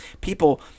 People